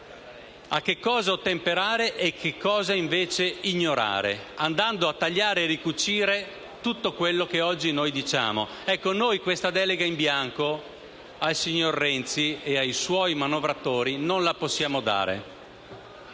a cosa ottemperare e cosa ignorare, andando a tagliare e a ricucire tutto quello che oggi diciamo. Noi questa delega in bianco al signor Renzi e ai suoi manovratori non la possiamo dare.